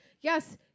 Yes